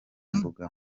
mbuga